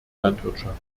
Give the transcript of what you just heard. landwirtschaft